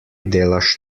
delaš